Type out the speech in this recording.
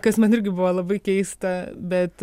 kas man irgi buvo labai keista bet